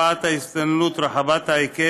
1954. החוק נועד לטפל בתופעת ההסתננות רחבת ההיקף